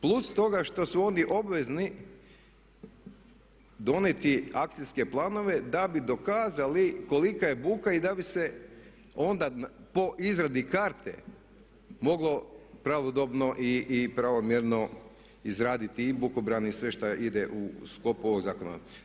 Plus toga što su oni obvezni donijeti akcijske planove da bi dokazali kolika je buka i da bi se onda po izradi Karte mogle pravodobno i pravo mjerno izradi i bukobran i sve što ide u sklopu ovog zakona.